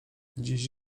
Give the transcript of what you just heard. dziś